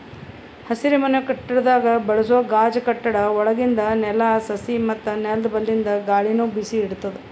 ಹಸಿರುಮನೆ ಕಟ್ಟಡದಾಗ್ ಬಳಸೋ ಗಾಜ್ ಕಟ್ಟಡ ಒಳಗಿಂದ್ ನೆಲ, ಸಸಿ ಮತ್ತ್ ನೆಲ್ದ ಬಲ್ಲಿಂದ್ ಗಾಳಿನು ಬಿಸಿ ಇಡ್ತದ್